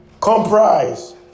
Comprise